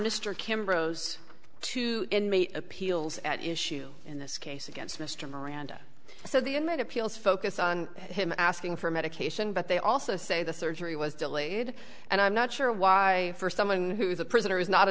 mr kim rose to inmate appeals at issue in this case against mr miranda so the inmate appeals focus on him asking for medication but they also say the surgery was delayed and i'm not sure why for someone who is a prisoner is not a